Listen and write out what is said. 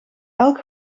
elk